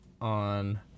on